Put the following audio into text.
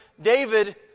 David